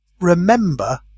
Remember